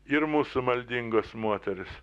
ir mūsų maldingos moterys